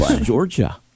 Georgia